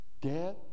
dead